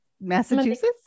Massachusetts